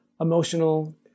emotional